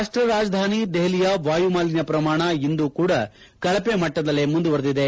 ರಾಷ್ಟ ರಾಜಧಾನಿ ದೆಪಲಿಯ ವಾಯು ಮಾಲಿನ್ತ ಪ್ರಮಾಣ ಇಂದೂ ಕೂಡ ಕಳಪೆ ಮಟ್ಟದಲ್ಲೇ ಮುಂದುವರೆದಿದೆ